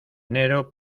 enero